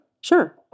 Sure